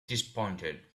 disappointed